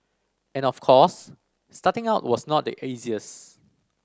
and of course starting out was not the